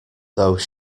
though